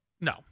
No